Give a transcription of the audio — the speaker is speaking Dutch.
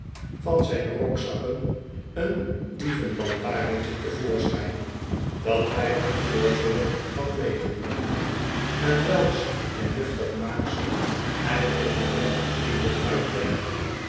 van zijn rokde pickwick club zakken een dievenlantarentje te voorschijn dat hij uit voorzorg had meegenomen en welks vernuftig maaksel hij onderweg aan winkle uitlegde